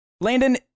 Landon